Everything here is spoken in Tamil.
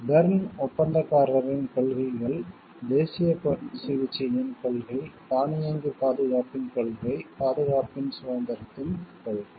பெர்ன் ஒப்பந்தக்காரரின் கொள்கைகள் தேசிய சிகிச்சையின் கொள்கை தானியங்கி பாதுகாப்பின் கொள்கை பாதுகாப்பின் சுதந்திரத்தின் கொள்கை